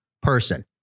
person